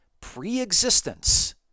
preexistence